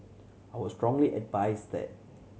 I would strongly advise that